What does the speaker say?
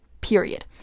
period